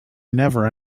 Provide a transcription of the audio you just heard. never